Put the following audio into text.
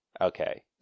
Okay